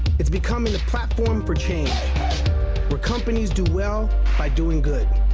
it's becoming a platform for change where companies do well by doing good.